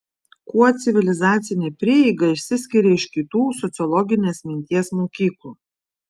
kuo civilizacinė prieiga išsiskiria iš kitų sociologinės minties mokyklų